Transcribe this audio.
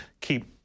keep